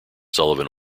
sullivan